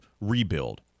rebuild